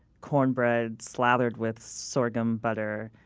cornbread slathered with sorghum butter,